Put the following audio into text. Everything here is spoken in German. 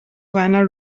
reiner